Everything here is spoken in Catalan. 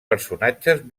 personatges